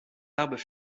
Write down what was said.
arbres